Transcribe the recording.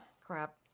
Crap